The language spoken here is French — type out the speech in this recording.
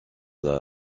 dans